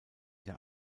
der